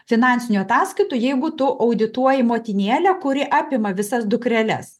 finansinių ataskaitų jeigu tu audituoji motinėlę kuri apima visas dukreles